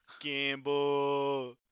Gamble